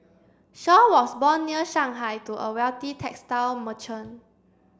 Shaw was born near Shanghai to a wealthy textile merchant